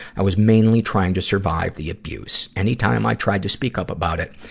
i was mainly trying to survive the abuse. any time i tried to speak up about it,